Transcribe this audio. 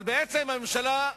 אבל בעצם הממשלה,